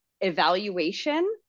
evaluation